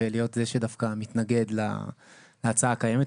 ולהיות זה שדווקא מתנגד להצעה הקיימת.